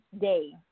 day